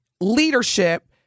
leadership